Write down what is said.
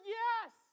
yes